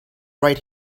right